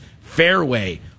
fairway